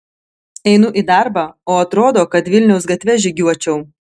einu į darbą o atrodo kad vilniaus gatve žygiuočiau